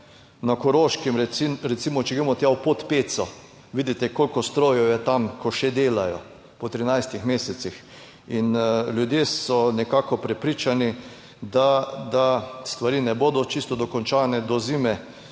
na Koroškem, recimo, če gremo tja v pod Peco, vidite, koliko strojev je tam, ko še delajo po 13 mesecih in ljudje so nekako prepričani, da stvari ne bodo čisto dokončane do zime,